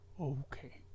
Okay